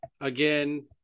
again